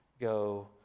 go